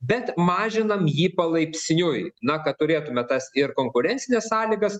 bet mažiname jį palaipsniui na kad turėtume tas ir konkurencines sąlygas